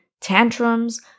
tantrums